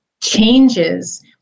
changes